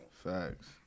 Facts